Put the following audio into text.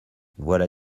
voilà